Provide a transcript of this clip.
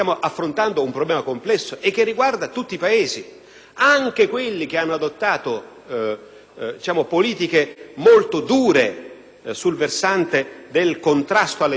anche quelli che hanno adottato politiche molto dure sul versante del contrasto all'immigrazione clandestina. Cito un esempio per tutti: gli Stati Uniti d'America